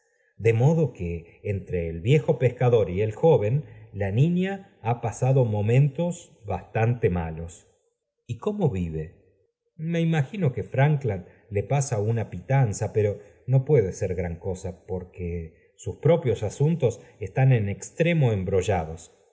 de modo que entre el viejo pecador y el joven la niña ha pasado momentos bastante malos y cómo tive me imagino que erankland le pasa una pitanza pero no puede ser gran cosa porque sus propios asuntos están en extremo embrollados